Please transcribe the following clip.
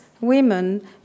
women